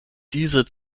diese